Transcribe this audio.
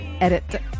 Edit